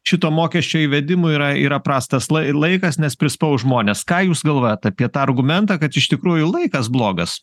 šito mokesčio įvedimui yra yra prastas lai laikas nes prispaus žmones ką jūs galvojat apie tą argumentą kad iš tikrųjų laikas blogas